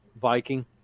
Viking